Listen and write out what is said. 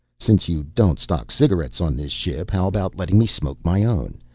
since you don't stock cigarettes on this ship how about letting me smoke my own?